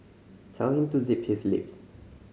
tell him to zip his lips